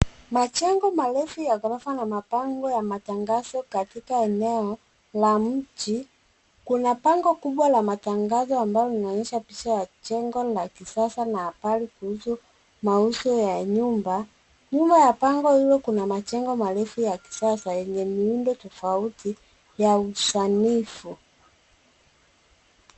Majengo marefu ya ghorofa na mabango ya matangazo katika eneo la mji. Kuna bango kubwa la matangazo ambalo linaonyesha picha ya jengo la kisasa na habari kuhusu mauzo ya nyumba. Nyuma ya bango hilo kuna majengo marefu ya kisasa yenye miundo tofauti ya usanifu.